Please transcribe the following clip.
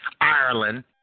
Ireland